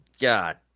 God